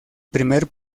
primer